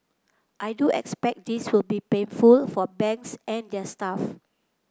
I do expect this will be painful for banks and their staff